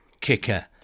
kicker